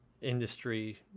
industry